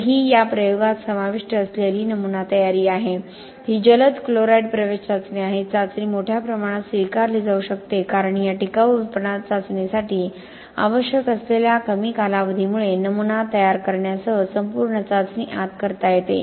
तर ही या प्रयोगात समाविष्ट असलेली नमुना तयारी आहे ही जलद क्लोराईड प्रवेश चाचणी आहे चाचणी मोठ्या प्रमाणात स्वीकारली जाऊ शकते कारण या टिकाऊपणा चाचणीसाठी आवश्यक असलेल्या कमी कालावधीमुळे नमुना तयार करण्यासह संपूर्ण चाचणी आत करता येते